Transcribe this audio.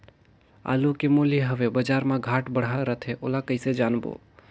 आलू के मूल्य हवे बजार मा घाट बढ़ा रथे ओला कइसे जानबो?